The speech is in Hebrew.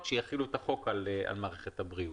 שיחילו את החוק על מערכת הבריאות.